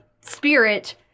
spirit